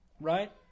right